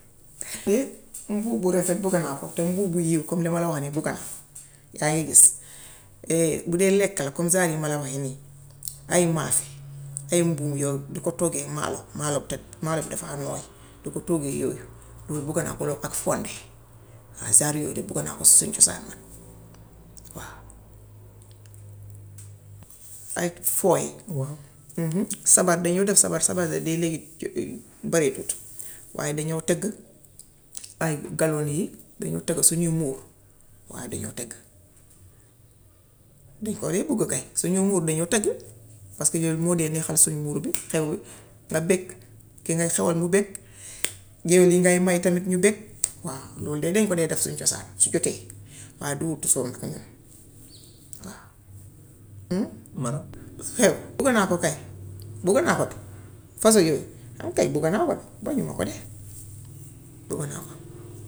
Te mbubba bu rafet bëgg a naa ko comme mbubbu buy yéeg comme li ma la wax nii du gàtt. Yaa ngi gis. bu dee lekk la comme genre yi ma la wax yii nii ay maafe, ay mbuum yooyu di ko toggee maalo, maalo bu toj. Maalo bi dafaa nooy, du ko toggee yooyu. Loolu bugga naa ko loolu ak fonde. genre yooyu de bugga naa ko suñ cosaan man waaw. Ay fooy sabar dañoo def sabar yi de léegi bareetut waaye dañoo tëgg ganun yi, dañoo tëgg su ñoo muur. Waaw dañoo tëgg. Duñ ko dee bugg kay. Su ñoo muur dañoo tëgg paska yooyu moo dee neexal suñu muur bi xewwi. Nga bég, ki ngay xewal mu bég, géwël yi ngay may tam ñu bég. Waaw loolu de dañ ko dee def suñ cosaan su jotee waaye du wuttusoo ndag ñun waaw. bugga naa ko kay bugg naa ko de façon yooyu ànkay bugga na ko de, bañuma ko de, bugga naa ko.